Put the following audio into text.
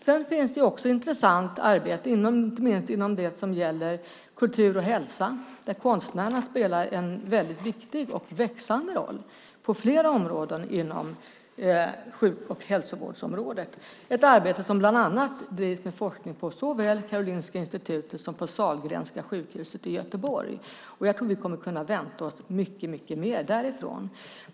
Det finns också ett viktigt arbete inom det som heter Kultur och hälsa, där konstnärerna spelar en viktig och växande roll på flera områden inom sjuk och hälsovården. Det är ett arbete som bedrivs med forskning såväl på Karolinska Institutet som på Sahlgrenska sjukhuset i Göteborg. Jag tror att vi kommer att kunna vänta oss mycket mer därifrån.